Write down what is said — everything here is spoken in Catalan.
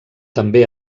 també